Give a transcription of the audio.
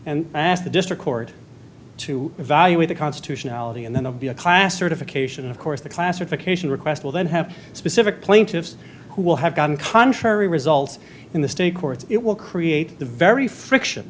and ask the district court to evaluate the constitutionality and then the be a classification of course the classification requests will then have specific plaintiffs who will have gotten contrary results in the state courts it will create a very friction